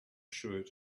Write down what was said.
shirt